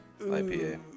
IPA